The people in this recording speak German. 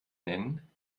nennen